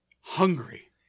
Hungry